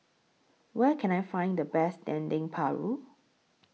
Where Can I Find The Best Dendeng Paru